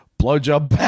Blowjob